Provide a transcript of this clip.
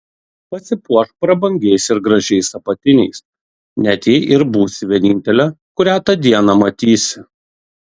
pasipuošk prabangiais ir gražiais apatiniais net jei ir būsi vienintelė kurią tą dieną matysi